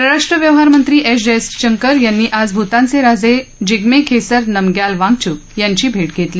परराष्ट्र व्यवहार मंत्री एस जयशंकर यांनी आज भूतानये राजे जिम्मे खेसर नमग्याल वांगचूक यांची भेट घेतली